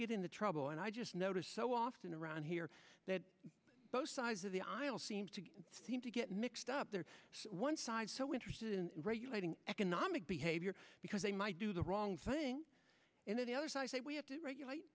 get into trouble and i just noticed so often around here that both sides of the aisle seem to seem to get mixed up their one side so interested in regulating economic behavior because they might do the wrong thing and the other side say we have to regulate